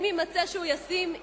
אם יימצא שהוא ישים,